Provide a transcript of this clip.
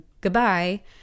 goodbye